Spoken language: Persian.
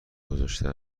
گذاشته